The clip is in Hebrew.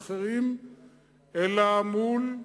לא מול אזרחים אחרים,